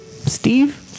Steve